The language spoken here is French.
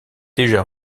déjà